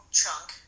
chunk